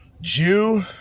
Jew